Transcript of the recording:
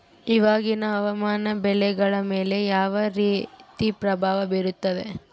ಇವಾಗಿನ ಹವಾಮಾನ ಬೆಳೆಗಳ ಮೇಲೆ ಯಾವ ರೇತಿ ಪ್ರಭಾವ ಬೇರುತ್ತದೆ?